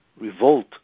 revolt